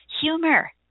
humor